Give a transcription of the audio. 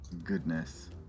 Goodness